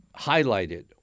highlighted